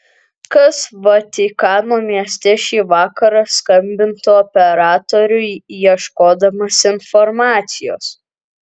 kas vatikano mieste šį vakarą skambintų operatoriui ieškodamas informacijos